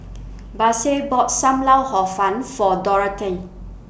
Baise bought SAM Lau Hor Fun For Dorathy